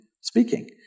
speaking